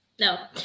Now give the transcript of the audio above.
No